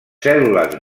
cèl·lules